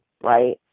right